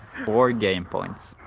board game points